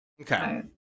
Okay